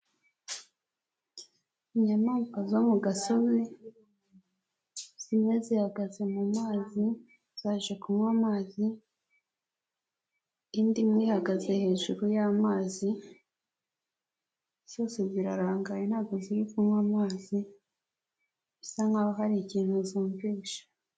Inyamaswa zo mu gasozi zimwe zihagaze mu mazi zaje kunywa amazi, indi imwe ihagaze hejuru y'amazi, zose zirarangaye ntabwo ziri kunywa amazi, bisa nk nk'aho hari ikintu zumvise.